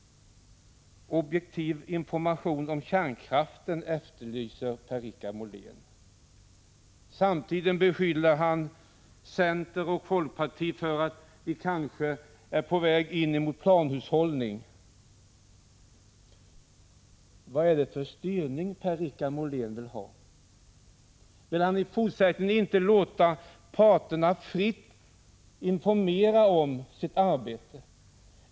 Objektiv information om kärnkraften efterlyser Per-Richard Molén. Samtidigt beskyller han centern och folkpartiet för att vi kanske är på väg mot planhushållning. Vad är det för styrning Per-Richard Molén vill ha? Vill han i fortsättningen inte låta parterna fritt informera om sitt arbete?